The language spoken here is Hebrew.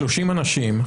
30 אנשים,